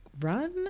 run